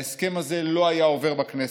ההסכם הזה לא היה עובר בכנסת.